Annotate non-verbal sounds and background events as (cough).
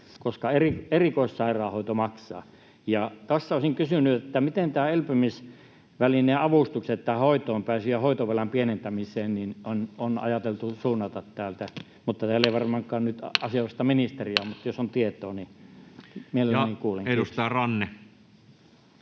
koska erikoissairaanhoito maksaa. Tässä olisin kysynyt, miten elpymisvälineen avustukset hoitoonpääsyn ja hoitovelan pienentämiseen on ajateltu suunnata täältä. (noise) Täällä ei varmaankaan nyt asianosaista ministeriä ole, mutta jos on tietoa, niin mielelläni kuulen. — Kiitos.